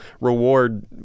reward